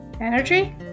energy